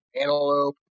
antelope